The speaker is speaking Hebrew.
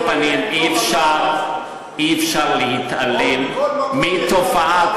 על כל פנים, אי-אפשר להתעלם מתופעה.